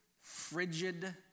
frigid